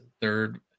Third